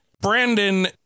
Brandon